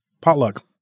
Potluck